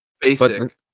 basic